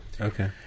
okay